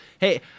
Hey